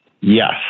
Yes